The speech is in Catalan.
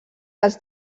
dels